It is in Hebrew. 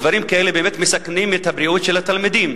דברים כאלה באמת מסכנים את הבריאות של התלמידים.